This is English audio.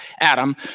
Adam